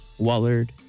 wallard